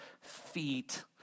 feet